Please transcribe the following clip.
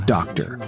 Doctor